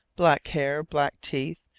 black hair, black teeth,